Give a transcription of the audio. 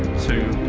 two,